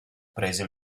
prese